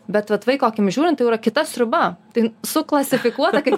bet vaiko akimis žiūrint tai jau yra kita sriuba tai suklasifikuota kaip